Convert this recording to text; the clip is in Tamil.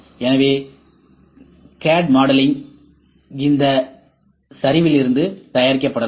எனவே சிஏடி மாடலிங் இந்த சரிவிலிருந்து தயாரிக்கப்படலாம்